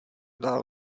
dál